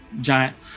giant